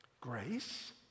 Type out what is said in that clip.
Grace